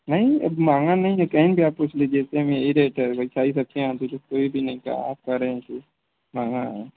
नहीं अब महंगा नहीं है कहीं भी आप पूछ लीजिए सेम यही रेट है वैसा ही रखे हैं हम यहाँ पर जो कोई भी नहीं कहा आप कह रहे हैं कि महँगा है